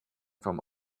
from